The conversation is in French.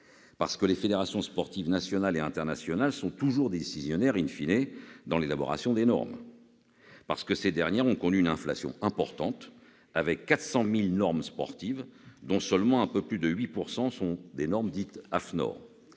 effet, les fédérations sportives nationales et internationales sont toujours décisionnaires, dans l'élaboration des normes. Je le rappelle, ces dernières ont connu une inflation importante, avec 400 000 normes sportives, dont seulement un peu plus de 8 % sont des normes dites « AFNOR